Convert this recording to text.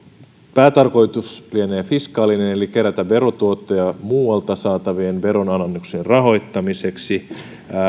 päätarkoitus lienee fiskaalinen eli kerätä verotuottoja muualta saatavien veronalennuksien rahoittamiseksi